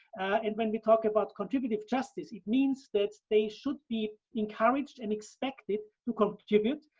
and when we talk about contributive justice, it means that they should be encouraged and expected to contribute,